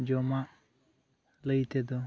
ᱡᱚᱢᱟᱜ ᱞᱟᱹᱭ ᱛᱮᱫᱚ